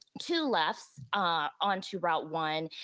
two lefts ah on to route one,